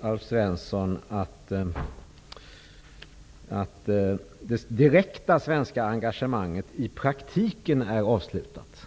Alf Svensson säger först i interpellationssvaret att det direkta svenska engagemanget i praktiken är avslutat.